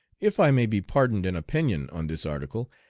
if i may be pardoned an opinion on this article,